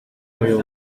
abereye